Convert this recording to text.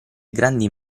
grandi